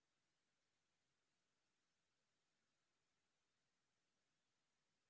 बुध्दीनी हुशारी हाई सुदीक ज्यानी त्यानी संपत्तीच शे